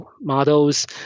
models